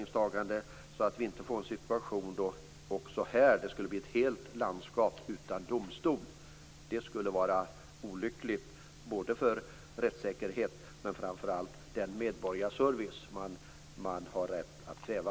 Det får inte bli så att vi även här får en situation med ett helt landskap utan domstol. Det skulle vara olyckligt för rättssäkerheten och framför allt för den medborgarservice man har rätt att kräva.